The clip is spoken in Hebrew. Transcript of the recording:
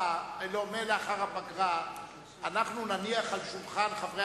מלאחר הפגרה אנחנו נניח על שולחן חברי